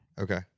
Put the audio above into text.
Okay